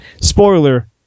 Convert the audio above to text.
Spoiler